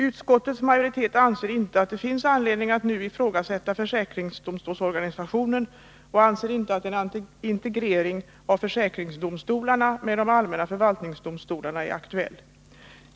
Utskottets majoritet anser inte att det finns anledning att nu i frågasätta försäkringsdomstolsorganisationen. Man anser inte heller att en integrering av försäkringsdomstolarna med de allmänna förvaltningsdomstolarna är aktuell.